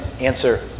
answer